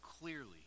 clearly